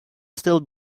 still